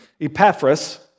Epaphras